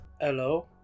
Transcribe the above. Hello